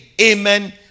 Amen